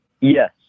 Yes